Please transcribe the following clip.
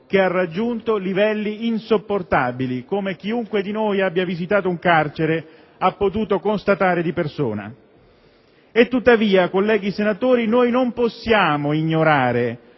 che ha raggiunto livelli insopportabili, come chiunque di noi abbia visitato un carcere ha potuto constatare di persona. Tuttavia, colleghi senatori, noi non possiamo ignorare